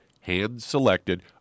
hand-selected